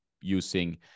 using